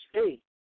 state